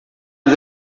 ngo